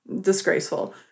disgraceful